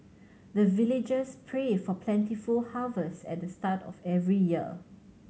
the villagers pray for plentiful harvest at the start of every year